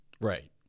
right